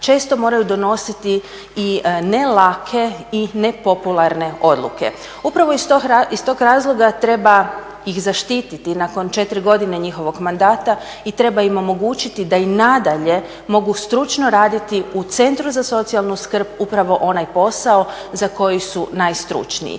često moraju donositi i ne lake i nepopularne odluke. Upravo iz tog razloga treba ih zaštititi nakon četiri godine njihovog mandata i treba im omogućiti da i nadalje mogu stručno raditi u Centru za socijalnu skrb upravo onaj posao za koji su najstručniji.